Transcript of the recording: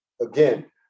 again